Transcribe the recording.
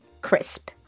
crisp